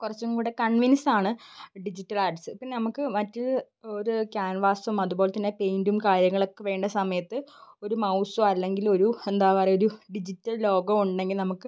കുറച്ചും കൂടെ കൺവിൻസാണ് ഡിജിറ്റൽ ആർട്സ് ഇപ്പം നമുക്ക് മറ്റ് ഒരു ക്യാൻവാസും അതുപോലെ തന്നെ പെയിൻറ്റും കാര്യങ്ങൾ ഒക്കെ വേണ്ട സമയത്ത് ഒരു മൗസോ അല്ലെങ്കിൽ ഒരു എന്താ പറയാ ഒരു ഡിജിറ്റൽ ലോഗോ ഉണ്ടെങ്കിൽ നമുക്ക്